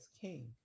king